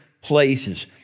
places